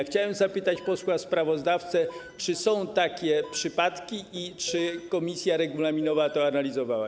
Chciałbym zapytać posła sprawozdawcę, czy są takie przypadki i czy komisja regulaminowa to analizowała.